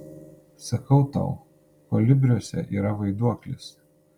sakau tau kolibriuose yra vaiduoklis